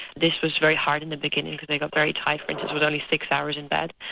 this was very hard in the beginning because they got very tired with only six hours in bed.